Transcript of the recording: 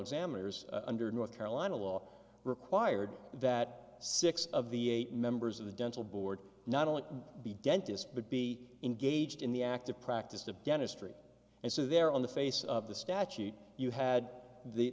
examiners under north carolina law required that six of the eight members of the dental board not only be dentist but be engaged in the act of practice of dentistry and so there on the face of the statute you had the